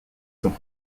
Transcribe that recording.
sont